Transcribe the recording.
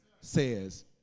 says